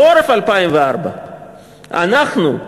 בחורף 2004. אנחנו,